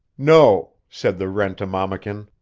no, said the rent-a-mammakin,